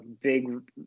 big